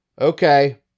Okay